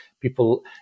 people